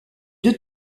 deux